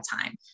time